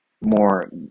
more